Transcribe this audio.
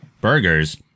burgers